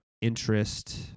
interest